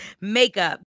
makeup